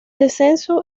descenso